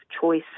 choice